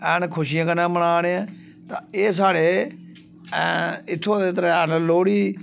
हैन खुशी कन्नै मना ने आं ते एह् साढ़े इत्थूं दे त्यहार न लोह्ड़ी